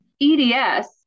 EDS